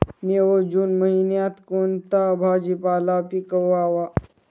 मे व जून महिन्यात कोणता भाजीपाला पिकवावा?